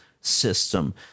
system